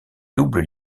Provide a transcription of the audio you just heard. doubles